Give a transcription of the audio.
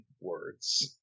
words